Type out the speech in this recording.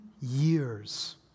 years